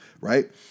right